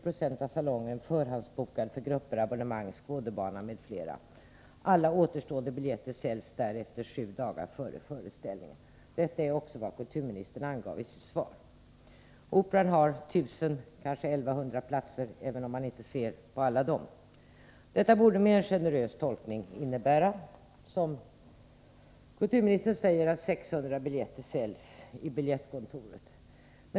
Operan har 1000 platser, kanske 1100 platser, även om man inte ser från alla dessa platser. Detta borde med en generös tolkning innebära, som kulturministern sade, att 600 biljetter säljs på biljettkontoret.